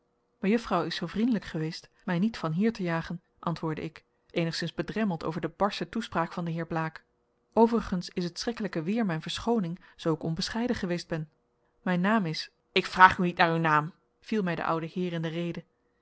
mejuffrouw is zoo vriendelijk geweest mij niet van hier te jagen antwoordde ik eenigszins bedremmeld over de barsche toespraak van den heer blaek overigens is het schrikkelijke weer mijn verschooning zoo ik onbescheiden geweest ben mijn naam is ik vraag u niet naar uw naam viel mij de oude heer in de rede